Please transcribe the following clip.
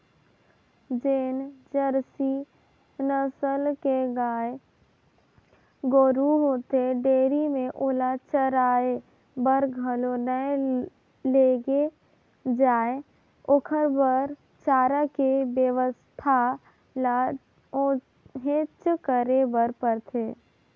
जेन जरसी नसल के गाय गोरु होथे डेयरी में ओला चराये बर घलो नइ लेगे जाय ओखर बर चारा के बेवस्था ल उहेंच करे बर परथे